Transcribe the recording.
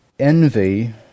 envy